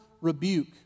rebuke